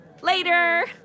Later